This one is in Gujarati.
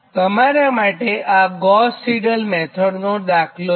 આ તમારા માટે ગોસ સિડલ મેથડનો દાખલો છે